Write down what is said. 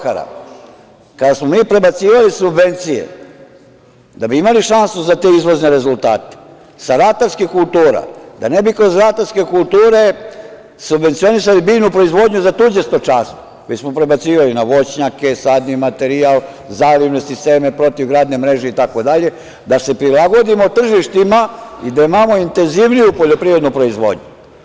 Kada smo mi prebacivali subvencije, da bi imali šansu za te izvozne rezultate, sa ratarskih kultura, da ne bi kroz ratarske kulture subvencionisali biljnu proizvodnju za tuđe stočarstvo, već smo prebacivali na voćnjake, sadni materijal, protivgradne mreže itd, da se prilagodimo tržištima i da imamo intenzivniju poljoprivrednu proizvodnju.